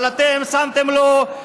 אבל אתם שמתם לו,